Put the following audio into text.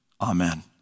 Amen